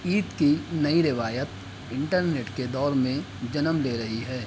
عید کی نئی روایت انٹرنیٹ کے دور میں جنم لے رہی ہے